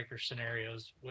scenarios